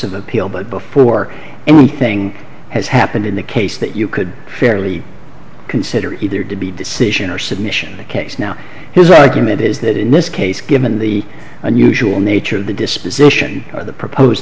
of appeal but before anything has happened in the case that you could fairly consider either to be a decision or submission the case now here's where i can it is that in this case given the unusual nature of the disposition or the proposed